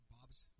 Bob's